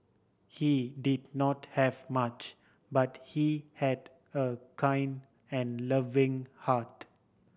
he did not have much but he had a kind and loving heart